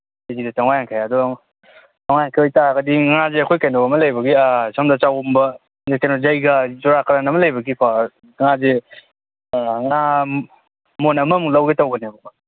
ꯀꯦ ꯖꯤꯗ ꯆꯥꯝꯃꯉꯥ ꯌꯥꯡꯈꯩ ꯑꯗꯣ ꯆꯥꯝꯃꯉꯥ ꯌꯥꯡꯈꯩ ꯑꯣꯏ ꯇꯥꯔꯒꯗꯤ ꯉꯥꯁꯦ ꯑꯩꯈꯣꯏ ꯀꯩꯅꯣ ꯑꯃ ꯂꯩꯕꯒꯤ ꯁꯣꯝꯗ ꯖꯩꯒ ꯆꯨꯔꯀꯨꯔꯟ ꯑꯝ ꯂꯩꯕꯒꯤꯀꯣ ꯉꯥꯁꯦ ꯉꯥ ꯃꯣꯟ ꯑꯃꯃꯨꯛ ꯂꯧꯒꯦ ꯇꯧꯕꯅꯦꯕꯀꯣ